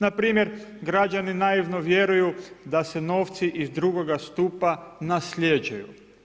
Npr., građani naivno vjeruju da se novci iz drugog stupa nasljeđuju.